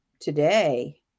Today